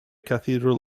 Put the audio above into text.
cathedral